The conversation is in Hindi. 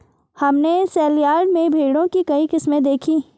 हमने सेलयार्ड में भेड़ों की कई किस्में देखीं